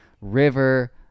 river